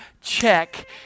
check